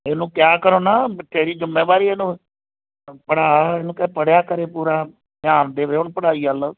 ਇਹਨੂੰ ਕਿਹਾ ਕਰੋ ਨਾ ਤੇਰੀ ਜ਼ਿੰਮੇਵਾਰੀ ਇਹਨੂੰ ਪੜ੍ਹਾ ਇਹਨੂੰ ਕਹਿ ਪੜ੍ਹਿਆ ਕਰੇ ਪੂਰਾ ਧਿਆਨ ਦੇਵੇ ਹੁਣ ਪੜ੍ਹਾਈ ਵੱਲ